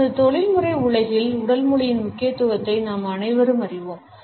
நமது தொழில்முறை உலகில் உடல் மொழியின் முக்கியத்துவத்தை நாம் அனைவரும் அறிவோம்